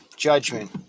Judgment